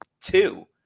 two